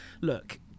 Look